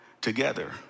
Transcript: together